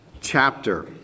chapter